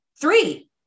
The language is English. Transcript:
Three